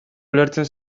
ulertzen